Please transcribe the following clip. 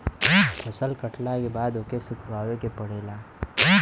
फसल कटला के बाद ओके सुखावे के पड़ेला